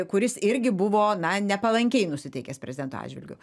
kuris irgi buvo na nepalankiai nusiteikęs prezidento atžvilgiu